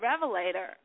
Revelator